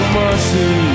mercy